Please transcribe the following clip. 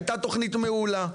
הייתה תוכנית מעולה,